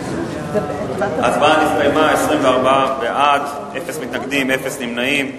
בעד, 24, אפס מתנגדים, אפס נמנעים.